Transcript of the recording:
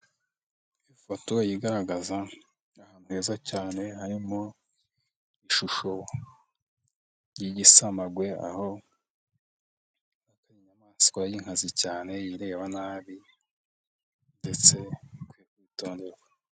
Ifoto igaragaza ahantu heza cyane harimo ishusho y'igisamagwe, aho inyamaswa y'inkazi cyane, ireba nabi ndetse ikwiye kwitonderwa.